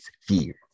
fear